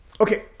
Okay